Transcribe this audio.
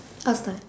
I'll start